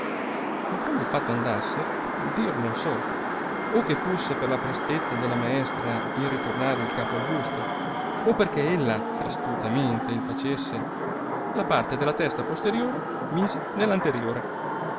ma come il fatto andasse dir non so o che fusse per la prestezza della maestra in ritornar il capo al busto o perchè ella astutamente il facesse la parte della testa posteriore mise nell